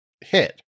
hit